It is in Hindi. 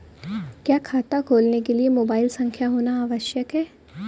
क्या खाता खोलने के लिए मोबाइल संख्या होना आवश्यक है?